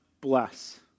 bless